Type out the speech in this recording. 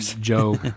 Joe